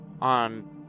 on